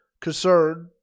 concerned